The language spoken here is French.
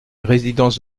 résidence